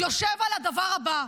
יושב על הדבר הבא.